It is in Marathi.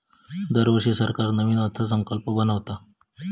दरवर्षी सरकार नवीन अर्थसंकल्प बनवता